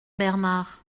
bernard